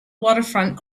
waterfront